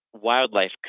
wildlife